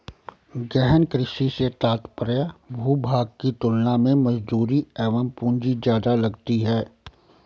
गहन कृषि से तात्पर्य भूभाग की तुलना में मजदूरी एवं पूंजी ज्यादा लगती है